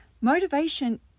Motivation